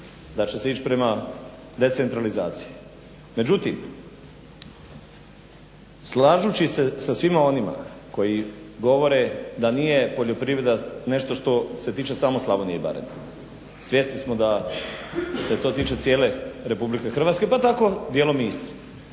Da će se ić prema decentralizaciji. Međutim, slažući se sa svima onima koji govore da nije poljoprivreda nešto što se tiče samo Slavonije i Baranje. Svjesni smo da se to tiče cijele Republike Hrvatske, pa tako dijelom i Istre.